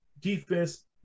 defense